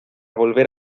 volver